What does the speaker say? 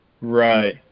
Right